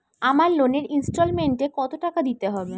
আমার লোনের ইনস্টলমেন্টৈ কত টাকা দিতে হবে?